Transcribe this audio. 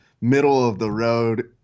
middle-of-the-road